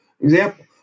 example